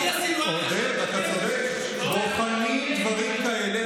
דבר יותר רלוונטי מהסכמים מדיניים מלפני 30 שנה,